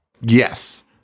Yes